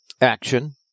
action